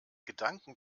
gedanken